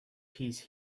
piece